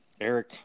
Eric